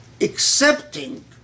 Accepting